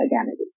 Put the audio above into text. identity